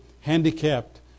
handicapped